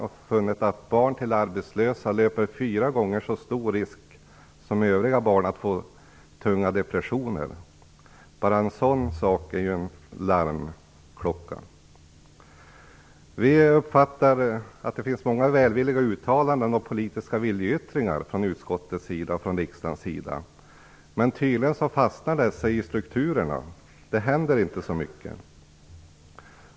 Man har funnit att barn till arbetslösa löper fyra gånger så stor risk som övriga barn att få tunga depressioner. Bara en sådan sak är ju en larmklocka. Vi uppfattar att det finns många välvilliga uttalanden och politiska viljeyttringar från utskottets sida och från riksdagens sida, men tydligen fastnar dessa i strukturerna. Det händer inte så mycket.